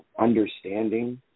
understanding